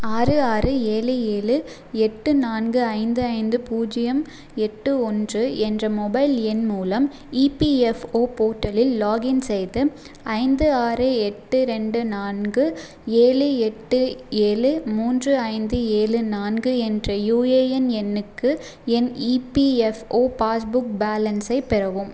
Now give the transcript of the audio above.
ஆறு ஆறு ஏழு ஏழு எட்டு நான்கு ஐந்து ஐந்து பூஜ்யம் எட்டு ஒன்று என்ற மொபைல் எண் மூலம் இபிஎஃப்ஒ போர்ட்டலில் லாகின் செய்து ஐந்து ஆறு எட்டு ரெண்டு நான்கு ஏழு எட்டு ஏழு மூன்று ஐந்து ஏழு நான்கு என்ற யுஏஎன் எண்ணுக்கு என் இபிஎஃப்ஒ பாஸ்புக் பேலன்ஸை பெறவும்